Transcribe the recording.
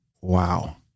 Wow